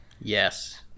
Yes